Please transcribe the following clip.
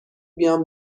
بیام